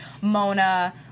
Mona